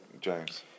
James